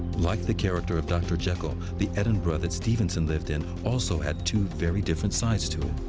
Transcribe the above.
like the character of dr. jekyll, the edinburgh that stevenson lived in also had two very different sides to it.